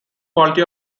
quality